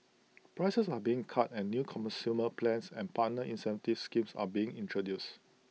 prices are being cut and new consumer plans and partner incentive schemes are being introduced